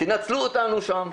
תנצלו אותנו שם,